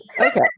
Okay